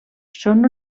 són